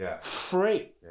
Free